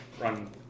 run